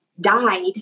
died